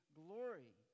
glory